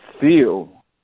feel